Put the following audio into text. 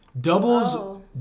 doubles